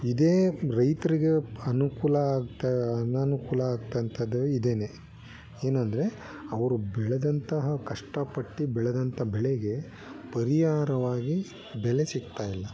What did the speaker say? ಇದೇ ರೈತರಿಗೆ ಅನುಕೂಲ ಆಗ್ತಾ ಅನಾನುಕೂಲ ಆಗೋಂಥದ್ದು ಇದೇನೆ ಏನೆಂದ್ರೆ ಅವರು ಬೆಳೆದಂತಹ ಕಷ್ಟಪಟ್ಟು ಬೆಳೆದಂಥ ಬೆಳೆಗೆ ಪರಿಹಾರವಾಗಿ ಬೆಲೆ ಸಿಗ್ತಾಯಿಲ್ಲ